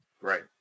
Right